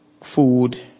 food